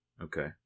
Okay